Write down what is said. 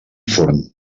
forn